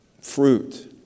fruit